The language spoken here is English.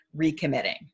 recommitting